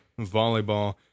volleyball